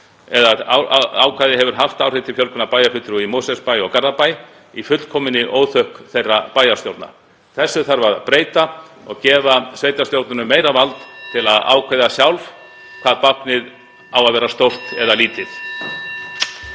Ákvæðið hefur haft áhrif til fjölgunar bæjarfulltrúa í Mosfellsbæ og Garðabæ í fullkominni óþökk þeirra bæjarstjórna. Þessu þarf að breyta og gefa sveitarstjórnunum meira vald til að ákveða sjálfar hve stórt eða lítið